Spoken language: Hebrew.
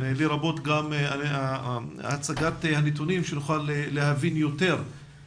לרבות גם הצגת הנתונים שנוכל להבין יותר